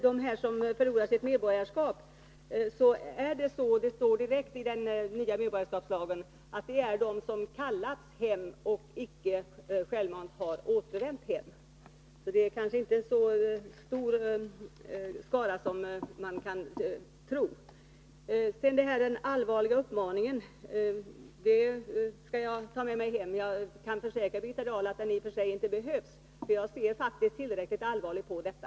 De som förlorar sitt medborgarskap — det står direkt i den nya medborgarskapslagen — är de som kallats hem och icke självmant har återvänt. Det är kanske inte så stor skara som man kan tro. Den allvarliga uppmaningen skall jag ta med mig hem. Jag kan försäkra Birgitta Dahl att den i och för sig inte behövs, för jag ser faktiskt tillräckligt allvarligt på detta.